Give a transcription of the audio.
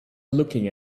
looking